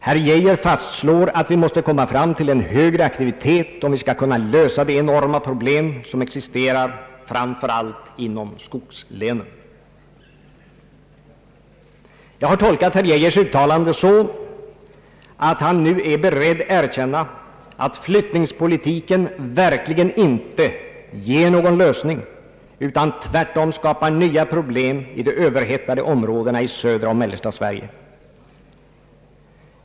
Herr Geijer fastslår att »vi måste komma fram till en högre aktivitet, om vi skall kunna lösa de enorma problem som existerar framför allt inom skogslänen». Jag har tolkat herr Geijers yttrande så att han nu är beredd erkänna att flyttningspolitiken verkligen inte ger någon lösning utan tvärtom skapar nya problem i de överhettade områdena i södra och mellersta Sverige.